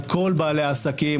לכל בעלי העסקים,